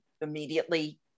immediately